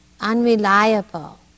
unreliable